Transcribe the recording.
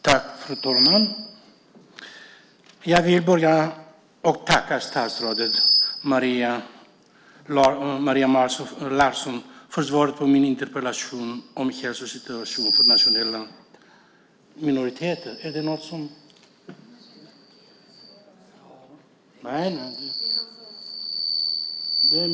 Fru talman! Jag vill börja med att tacka statsrådet Maria Larsson för svaret på min interpellation om hälsosituationen för nationella minoriteter.